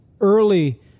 early